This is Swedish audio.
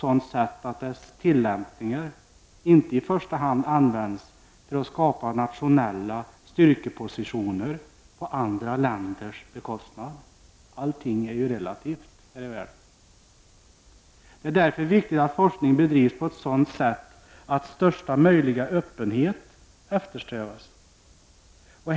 sådant sätt att dess tillämpningar inte i första hand används för att skapa nationella styrkepositioner på andra länders bekostnad. Allting är ju relativt här i världen. Det är därför viktigt att forskning bedrivs på ett sådant sätt att största möjliga öppenhet eftersträvas.